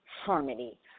harmony